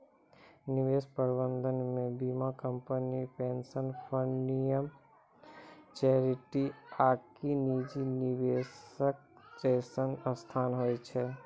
निवेश प्रबंधनो मे बीमा कंपनी, पेंशन फंड, निगम, चैरिटी आकि निजी निवेशक जैसनो संस्थान होय छै